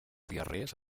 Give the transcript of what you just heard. diarrees